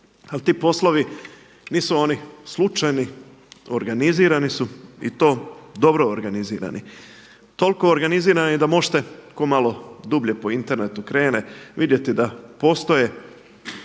Ali ti poslovi nisu oni slučajni, organizirani su i to dobro organizirati, toliko organizirani da možete tko malo dublje po internetu krene vidjeti da postoje